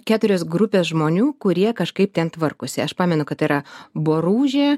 keturios grupės žmonių kurie kažkaip ten tvarkosi aš pamenu kad tai yra boružė